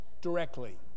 directly